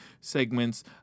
segments